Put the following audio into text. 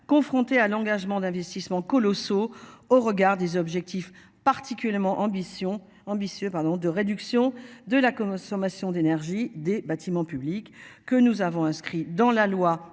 Confronté à l'engagement d'investissements colossaux au regard des objectifs particulièrement ambition ambitieux pardon de réduction de la commode consommation d'énergie des bâtiments publics que nous avons inscrit dans la loi